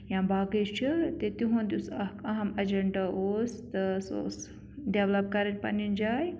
یا باقٕے چھِ تِہُنٛد یُس اَکھ اہم اَجَنڑا اوس تہٕ سُہ اوس ڈیولَپ کَرٕنۍ پَنٕنۍ جاے